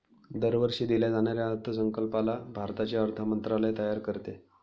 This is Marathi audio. दरवर्षी दिल्या जाणाऱ्या अर्थसंकल्पाला भारताचे अर्थ मंत्रालय तयार करते